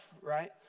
right